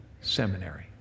Seminary